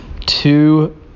two